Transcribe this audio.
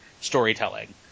storytelling